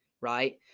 right